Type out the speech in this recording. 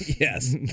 Yes